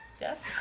Yes